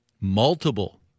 multiple